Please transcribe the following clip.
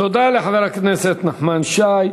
תודה לחבר הכנסת נחמן שי.